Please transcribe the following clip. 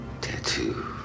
Tattoo